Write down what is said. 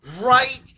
right